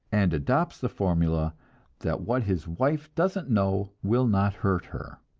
and adopts the formula that what his wife doesn't know will not hurt her.